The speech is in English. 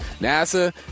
NASA